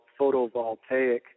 photovoltaic